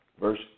verse